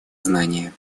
знания